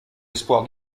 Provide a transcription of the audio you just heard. espoir